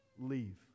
Leave